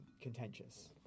contentious